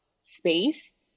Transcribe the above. space